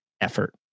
effort